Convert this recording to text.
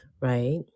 Right